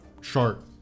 shark